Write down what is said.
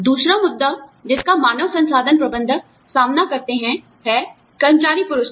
दूसरा मुद्दा जिसका मानव संसाधन प्रबंधक सामना करते हैं है कर्मचारी पुरस्कार